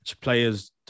players